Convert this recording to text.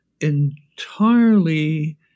entirely